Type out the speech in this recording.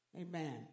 Amen